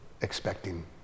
expecting